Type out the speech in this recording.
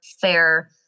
fair